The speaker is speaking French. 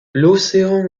l’océan